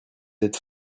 êtes